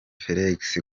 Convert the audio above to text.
félix